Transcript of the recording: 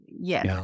yes